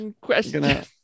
question